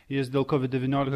jis dėl covid devyniolika